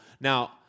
Now